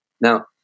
Now